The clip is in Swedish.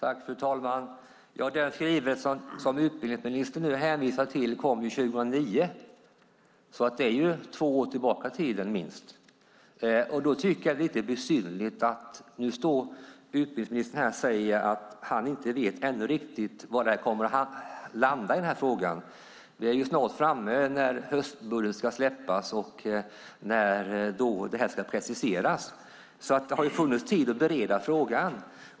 Fru talman! Den skrivelse som utbildningsministern nu hänvisar till kom 2009, och det är minst två år tillbaka i tiden. Då tycker jag att det är lite besynnerligt att utbildningsministern står här och säger att han ännu inte riktigt vet var den här frågan kommer att landa. Vi är snart framme vid att höstbudgeten ska släppas och detta ska preciseras. Det har funnits tid att bereda frågan.